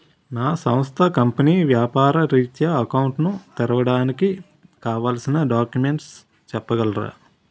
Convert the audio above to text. నా సంస్థ కంపెనీ వ్యాపార రిత్య అకౌంట్ ను తెరవడానికి కావాల్సిన డాక్యుమెంట్స్ చెప్పగలరా?